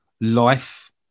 life